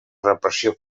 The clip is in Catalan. repressió